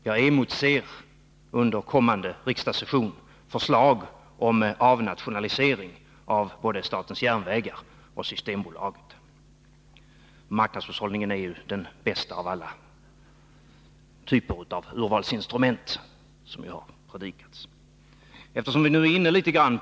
Jag emotser under kommande riksdagssession förslag om avnationalisering av både statens järnvägar och Statligt ägande Systembolaget — marknadshushållningen är ju den bästa av alla typer av inom läkemedelsurvalsinstrument, som det ju har predikats.